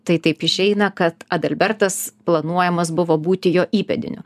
tai taip išeina kad adalbertas planuojamas buvo būti jo įpėdiniu